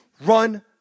run